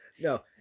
No